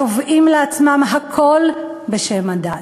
התובעים לעצמם הכול בשם הדת".